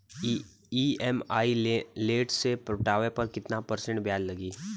EMI late से पटावे पर कितना परसेंट ब्याज लगी?